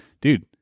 dude